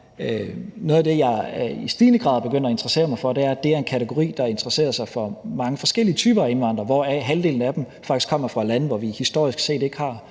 noget af det, jeg i stigende grad er begyndt at interessere mig for, er, at det er en kategori, der omfatter mange forskellige typer af indvandrere, hvoraf halvdelen af dem faktisk kommer fra lande, hvor vi historisk set ikke har